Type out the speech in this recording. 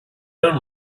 own